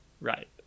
right